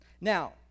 Now